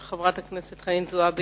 של חברת הכנסת חנין זועבי,